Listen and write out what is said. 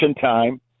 time